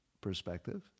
perspective